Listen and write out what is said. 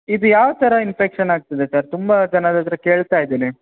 ಇದು ಯಾವ ಥರ ಇನ್ಫೆಕ್ಷನ್ ಆಗ್ತಿದೆ ಸರ್ ತುಂಬಾ ಜನದ ಹತ್ರ ಕೇಳ್ತಾಯಿದ್ದೀನಿ